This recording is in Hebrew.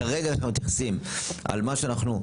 כרגע אנחנו מתייחסים על מה שאנחנו,